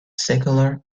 secular